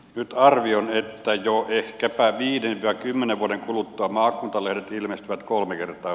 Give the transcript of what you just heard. nato arvioineet ajoa yhtä tai viiden ja kymmenen vuoden kuluttua maakuntalehdet ilmestyvät kolme kertaa